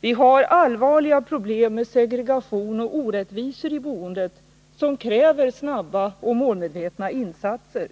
Vi har allvarliga problem med segregation och orättvisor i boendet, som kräver snabba och målmedvetna insatser.